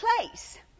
place